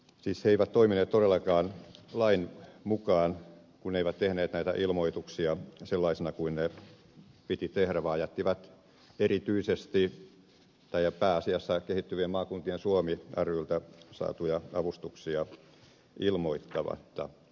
siis he eivät toimineet todellakaan lain mukaan kun eivät tehneet näitä ilmoituksia sellaisina kuin ne piti tehdä vaan jättivät erityisesti tai pääasiassa kehittyvien maakuntien suomi ryltä saatuja avustuksia ilmoittamatta